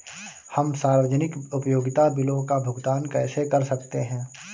हम सार्वजनिक उपयोगिता बिलों का भुगतान कैसे कर सकते हैं?